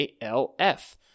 ALF